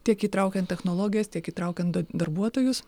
tiek įtraukiant technologijas tiek įtraukiant da darbuotojus